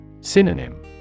Synonym